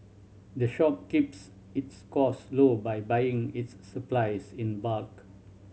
the shop keeps its cost low by buying its supplies in bulk